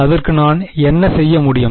அதற்கு நான் என்ன செய்ய முடியும்